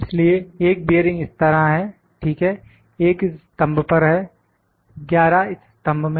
इसलिए 1 बियरिंग इस तरह है ठीक है 1 इस स्तंभ पर है 11 इस स्तंभ में